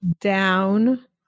down